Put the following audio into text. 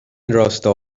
راستا